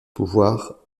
pouvoirs